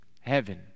Heaven